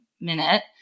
minute